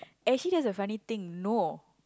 actually that's the funny thing no